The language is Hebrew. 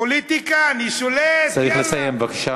פוליטיקה, אני שולט, יאללה, צריך לסיים, בבקשה.